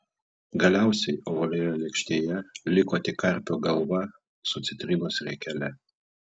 galiausiai ovalioje lėkštėje liko tik karpio galva su citrinos riekele